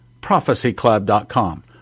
prophecyclub.com